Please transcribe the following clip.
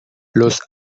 los